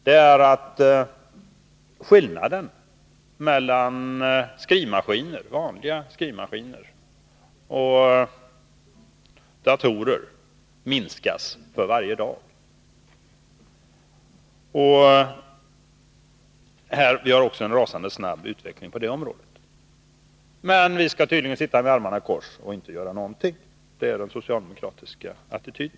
Det är att skillnaden mellan vanliga skrivmaskiner och datorer minskar för varje dag. Vi har en rasande snabb utveckling också på det området. Men vi skall tydligen sitta med armarna i kors och inte göra någonting. Det är den socialdemokratiska attityden.